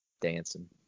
dancing